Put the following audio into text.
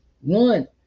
one